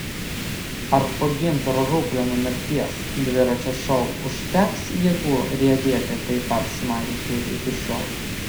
ar po gintaro ruplėno mirties dviračio šou užteks jėgų riedėti taip pat smagiai kaip iki šiol